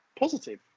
positive